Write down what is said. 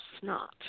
snot